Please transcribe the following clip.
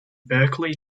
berkeley